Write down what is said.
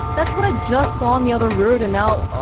that's what i just saw in the other route and now